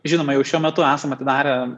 žinoma jau šiuo metu esam atidarę